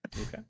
Okay